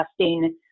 testing